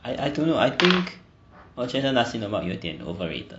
I I don't know I think 我觉得 nasi lemak 有一点 overrated